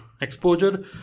exposure